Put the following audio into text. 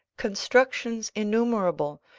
constructions innumerable,